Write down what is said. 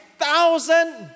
thousand